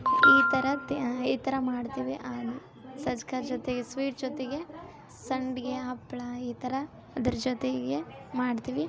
ಈ ಥರ ತ್ ಈ ಥರ ಮಾಡ್ತೀವಿ ಆಲು ಸಜ್ಕಾ ಜೊತೆಗೆ ಸ್ವೀಟ್ ಜೊತೆಗೆ ಸಂಡ್ಗಿ ಹಪ್ಳ ಈ ಥರ ಅದ್ರ ಜೊತೆಗೆ ಮಾಡ್ತೀವಿ